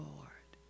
Lord